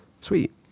Sweet